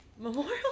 Memorial